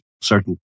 certain